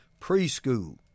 preschool